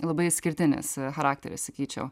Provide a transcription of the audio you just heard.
labai išskirtinis charakteris sakyčiau